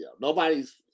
Nobody's